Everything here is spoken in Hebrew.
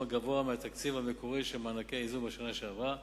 הגבוה מהתקציב המקורי של מענקי האיזון בשנה שעברה.